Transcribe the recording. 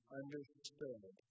understood